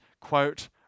quote